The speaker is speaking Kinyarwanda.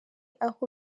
aho